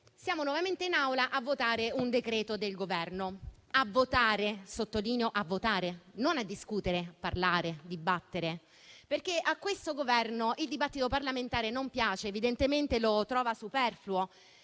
siamo nuovamente in Aula a votare un decreto-legge del Governo. A votare, lo sottolineo, e non a discutere, parlare e dibattere. A questo Governo infatti il dibattito parlamentare non piace, evidentemente lo trova superfluo,